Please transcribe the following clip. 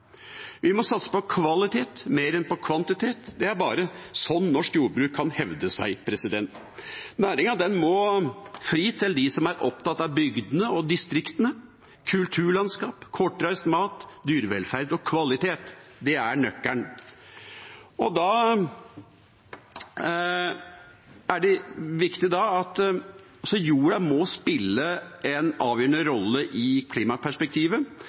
Vi må satse på kvalitet mer enn på kvantitet. Det er bare sånn norsk jordbruk kan hevde seg. Næringen må fri til dem som er opptatt av bygdene og distriktene. Kulturlandskap, kortreist mat, dyrevelferd og kvalitet er nøkkelen. Jorda må spille en avgjørende rolle i klimaperspektivet,